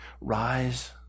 Rise